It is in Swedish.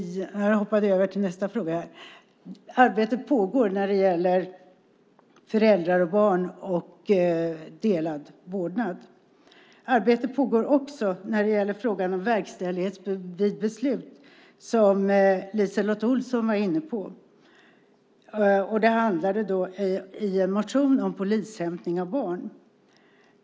Arbetet pågår när det gäller föräldrar och barn och delad vårdnad. Arbete pågår också när det gäller frågan om verkställighet vid beslut, som LiseLotte Olsson var inne på. Det handlade i en motion om polishämtning av barn.